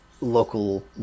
local